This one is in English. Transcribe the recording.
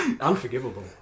unforgivable